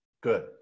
Good